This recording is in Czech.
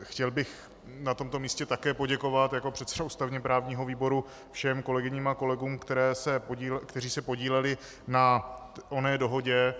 Chtěl bych na tomto místě také poděkovat jako předseda ústavněprávního výboru všem kolegyním a kolegům, kteří se podíleli na oné dohodě.